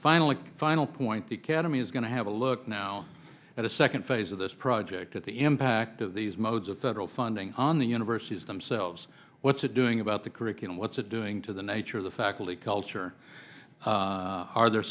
finally a final point the cademy is going to have a look now at a second phase of this project at the impact of these modes of federal funding on the universities themselves what's it doing about the curriculum what's it doing to the nature of the faculty culture are there